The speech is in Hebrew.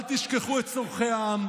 אל תשכחו את צורכי העם.